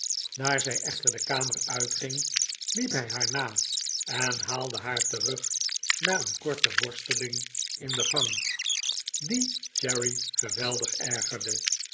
daar zij echter de kamer uitging hep hij haar na en haalde haar terug na een korte worsteling in de gang die cherry geweldig ergerde